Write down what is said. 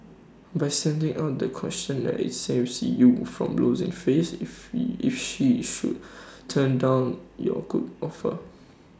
by sending out the questionnaire saves you from losing face if you if she should turn down your good offer